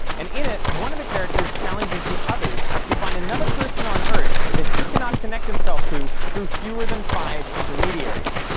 and in it, one of the characters challengers the others to find another person on earth that he cannot connect himself to through fewer than five intermediaries.